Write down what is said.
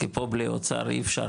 כי פה בלי אוצר אי אפשר,